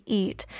eat